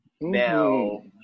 Now